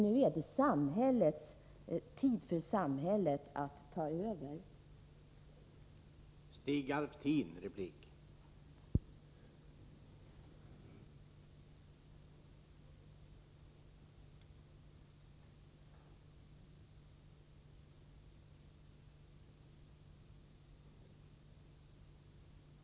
Nu är det tid för samhället att ställa upp bättre.